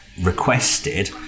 requested